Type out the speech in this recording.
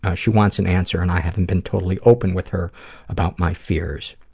ah she wants an answer and i haven't been totally open with her about my fears.